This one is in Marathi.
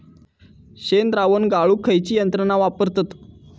शेणद्रावण गाळूक खयची यंत्रणा वापरतत?